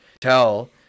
tell